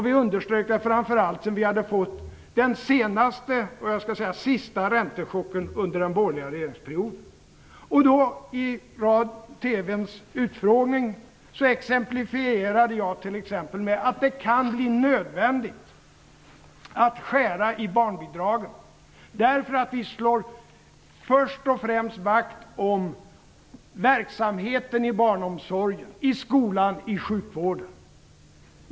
Vi underströk det framför allt sedan vi hade fått den sista räntechocken under den borgerliga regeringsperioden. I TV:s utfrågning exemplifierade jag att det kan bli nödvändigt att skära i barnbidragen, därför att vi först och främst slår vakt om verksamheten i barnomsorgen, i skolan och i sjukvården.